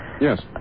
yes